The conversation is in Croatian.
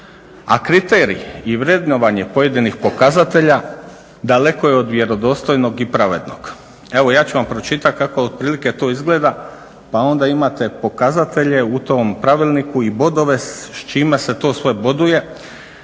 A kriterij i vrednovanje pojedinih pokazatelja daleko je od vjerodostojnog i pravednog. Evo ja ću vam pročitati kako otprilike to izgleda, pa onda imate pokazatelje u tom pravilniku i bodove s čime se to sve boduje,